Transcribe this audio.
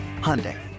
Hyundai